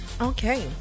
okay